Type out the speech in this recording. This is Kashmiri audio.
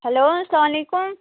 ہیٚلو اسلامُ علیکُم